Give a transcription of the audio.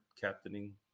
Captaining